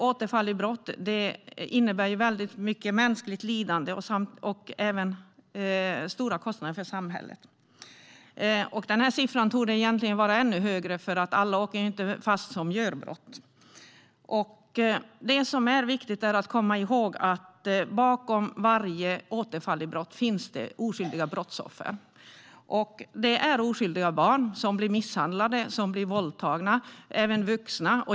Återfallen i brott innebär väldigt mycket mänskligt lidande samt stora kostnader för samhället. Siffran torde egentligen vara ännu högre, för alla som begår brott åker inte fast. Det som är viktigt att komma ihåg är att det finns oskyldiga brottsoffer bakom varje återfall i brott. Det kan vara oskyldiga barn eller vuxna som blir misshandlade eller våldtagna.